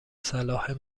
صلاح